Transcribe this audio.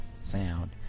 sound